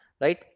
Right